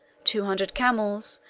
two hundred camels,